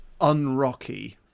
unrocky